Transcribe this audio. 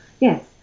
yes